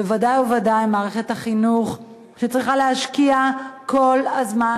ובוודאי ובוודאי מערכת החינוך צריכה להשקיע כל הזמן